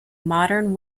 modern